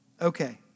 Okay